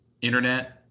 internet